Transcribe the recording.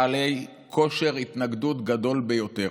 בעלי כושר התנגדות גדול ביותר,